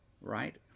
right